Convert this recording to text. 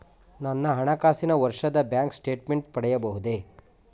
ನನ್ನ ಹಣಕಾಸಿನ ವರ್ಷದ ಬ್ಯಾಂಕ್ ಸ್ಟೇಟ್ಮೆಂಟ್ ಪಡೆಯಬಹುದೇ?